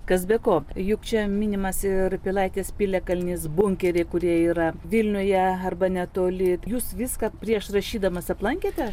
kas be ko juk čia minimas ir pilaitės piliakalnis bunkeriai kurie yra vilniuje arba netoli jūs viską prieš rašydamas aplankėte